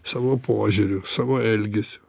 savo požiūriu savo elgesiu